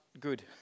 good